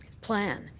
plan.